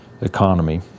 economy